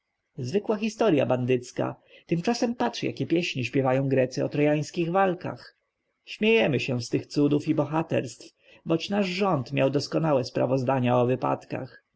zwykła historja bandycka tymczasem patrz jakie pieśni śpiewają grecy o trojańskich walkach śmiejemy się z tych cudów i bohaterstw boć nasz rząd miał dokładne sprawozdania o wypadkach